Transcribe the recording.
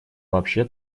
вообще